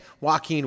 Joaquin